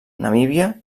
namíbia